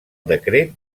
decret